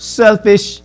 selfish